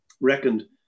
reckoned